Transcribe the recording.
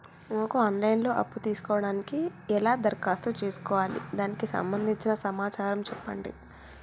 నాకు online లో అప్పు తీసుకోవడానికి ఎలా దరఖాస్తు చేసుకోవాలి దానికి సంబంధించిన సమాచారం చెప్పండి?